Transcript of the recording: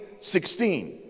16